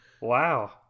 wow